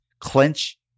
clinch